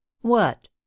What